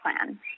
plan